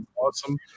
Awesome